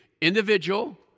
Individual